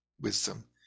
wisdom